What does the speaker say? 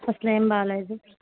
అసలేమి బాగాలేదు